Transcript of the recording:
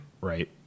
right